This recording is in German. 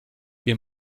ihr